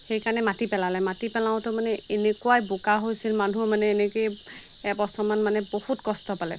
সেইকাৰণে মাটি পেলালে মাটি পেলাওঁতে মানে এনেকুৱাই বোকা হৈছিল মানুহ মানে এনেকেই এবছৰমান মানে বহুত কষ্ট পালে